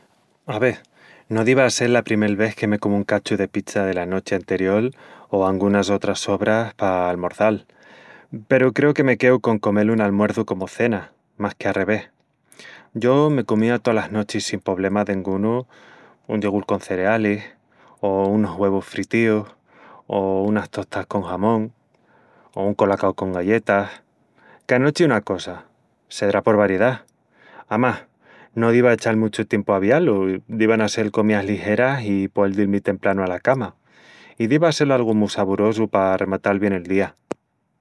Ave... no diva a sel la primel ves que me comu un cachu de pizza dela nochi anteriol o angunas otras sobras pa almorçal, peru creu que me queu con comel un almuerçu comu cena, más que a revés... Yo me comía tolas nochis sin poblema dengunu un yogul con cerealis, o unus uevus fritíus, o unas tostás con jamón, o un colacao con galletas... ca nochi una cosa, sedrá por variedá... Amás, no diva a echal muchu tiempu a aviá-lu, divan a sel comías ligeras i poel dil-mi templanu a la cama, i diva a sel algu mu soborosu pa arrematal bien el día.